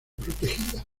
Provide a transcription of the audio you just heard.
protegidas